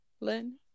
Lynn